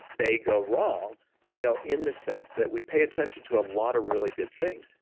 they go wrong you know in the sense that we pay attention to a lot of really good things,